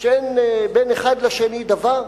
שאין בין אחד לשני דבר?